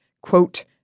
quote